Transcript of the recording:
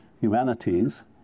Humanities